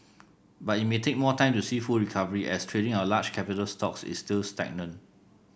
but it may take more time to see full recovery as trading of large capital stocks is still stagnant